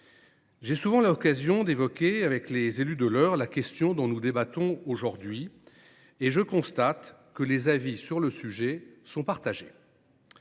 J’ai souvent l’occasion d’évoquer avec les élus de l’Eure la question dont nous débattons aujourd’hui, et je constate que les avis sur le sujet sont partagés.